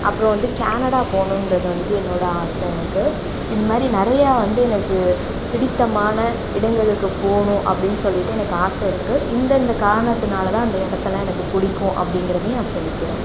அப்புறம் வந்து கனடா போகணுங்குறது வந்துவிட்டு என்னோட ஆசை எனக்கு இது மாரி நிறையா வந்து எனக்கு பிடித்தமான இடங்களுக்கு போகணும் அப்படின்னு சொல்லிவிட்டு எனக்கு ஆசை இருக்கு இந்தெந்த காரணத்துனால தான் அந்த இடத்தல்லாம் எனக்கு பிடிக்கும் அப்படிங்கிறதையும் நான் சொல்லிக்கிறேன்